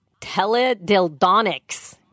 teledildonics